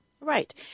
Right